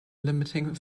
limiting